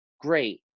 Great